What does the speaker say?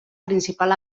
principal